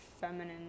Feminine